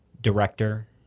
director